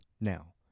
now